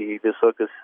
į visokius